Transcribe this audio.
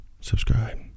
Subscribe